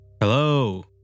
Hello